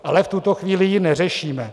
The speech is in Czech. Ale v tuto chvíli ji neřešíme.